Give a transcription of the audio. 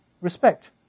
respect